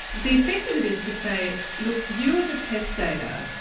the effect of it is to say look, you as a testator,